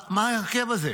מה ההרכב הזה?